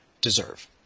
deserve